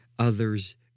Others